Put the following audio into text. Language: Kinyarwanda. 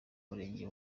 murenge